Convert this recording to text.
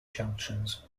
junctions